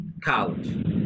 college